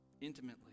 intimately